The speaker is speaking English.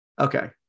Okay